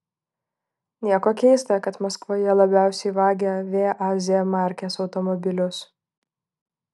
nieko keista kad maskvoje labiausiai vagia vaz markės automobilius